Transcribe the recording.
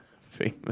famous